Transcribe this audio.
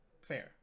Fair